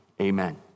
Amen